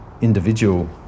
individual